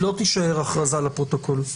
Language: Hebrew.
היא לא תישאר הכרזה לפרוטוקול.